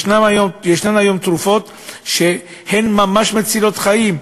ישנן היום תרופות שהן ממש מצילות חיים.